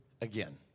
again